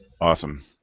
Awesome